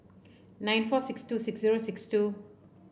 nine four six two six zero six two